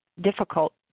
difficult